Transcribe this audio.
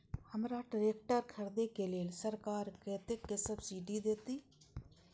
हमरा ट्रैक्टर खरदे के लेल सरकार कतेक सब्सीडी देते?